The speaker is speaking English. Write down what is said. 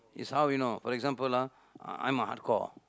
it's how you know for example lah I'm a hardcore